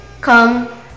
Come